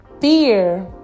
fear